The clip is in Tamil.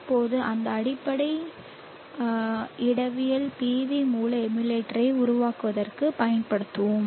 இப்போது இந்த அடிப்படை இடவியல் PV மூல எமுலேட்டரை உருவாக்குவதற்குப் பயன்படுத்துவோம்